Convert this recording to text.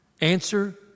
Answer